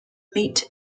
meat